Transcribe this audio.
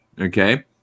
okay